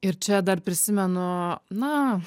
ir čia dar prisimenu na